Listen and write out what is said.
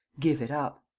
give it up.